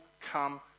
come